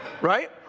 Right